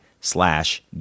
slash